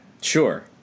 Sure